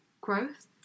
growth